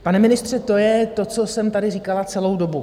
Pane ministře, to je to, co jsem tady říkala celou dobu.